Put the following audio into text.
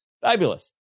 fabulous